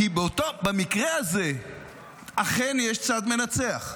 כי במקרה הזה אכן יש צד מנצח.